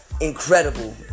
incredible